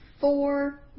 Four